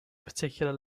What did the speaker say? particular